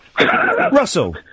Russell